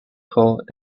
hole